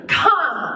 come